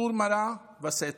סור מרע ועשה טוב.